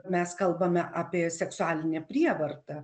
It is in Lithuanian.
mes kalbame apie seksualinę prievartą